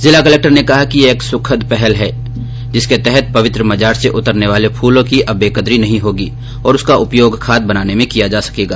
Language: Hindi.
जिला कलक्टर ने कहा कि यह एक सुखद पहल की गई है जिसके तहत पवित्र मजार से उतरने वाले फूलों की अब बेकद्री नहीं होगी और उसका उपयोग खाद बनाने में किया जा सकेगा